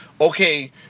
okay